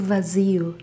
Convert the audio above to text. Vazio